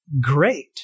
great